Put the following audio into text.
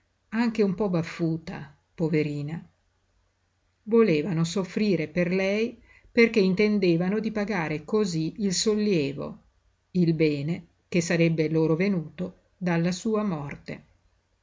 anche un po baffuta poverina volevano soffrire per lei perché intendevano di pagare cosí il sollievo il bene che sarebbe loro venuto dalla sua morte